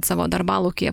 savo darbalaukyje